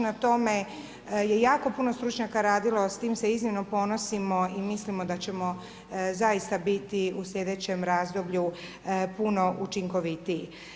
Na tome je jako puno stručnjaka radilo, s time se iznimno ponosimo i mislimo da ćemo zaista biti u sljedećem razdoblju puno učinkovitiji.